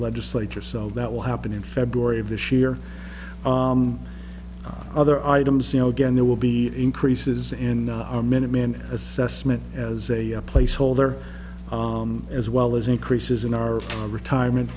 legislature so that will happen in february of this year other items you know again there will be increases in our minute man assessment as a placeholder as well as increases in our retirement